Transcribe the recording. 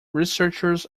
researchers